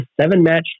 seven-match